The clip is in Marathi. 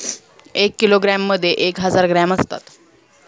एक किलोग्रॅममध्ये एक हजार ग्रॅम असतात